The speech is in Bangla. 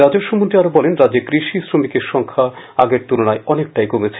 রাজস্বমন্ত্রী আরো বলেন রাজ্যে কৃষি শ্রমিকের সংখ্যা আগের তুলনায় অনেকটাই কমেছে